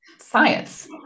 science